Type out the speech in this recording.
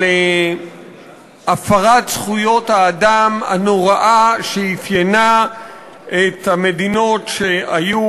על הפרת זכויות האדם הנוראה שאפיינה את המדינות שהיו